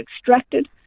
extracted